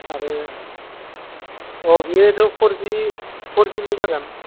आरो अ बियोथ' फरजि फरजिल' जागोन